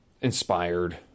inspired